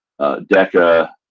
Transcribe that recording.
DECA